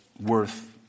worth